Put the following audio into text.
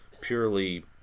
purely